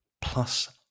plus